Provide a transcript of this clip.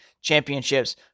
championships